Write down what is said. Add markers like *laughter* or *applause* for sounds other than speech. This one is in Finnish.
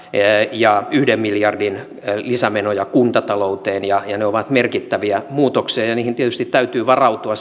ja yhden miljardin lisämenoja kuntatalouteen ne ovat merkittäviä muutoksia ja ja niihin tietysti täytyy varautua *unintelligible*